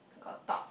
got talk